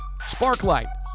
Sparklight